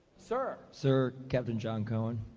sir. sir. captain john cohen.